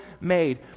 made